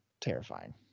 terrifying